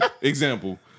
example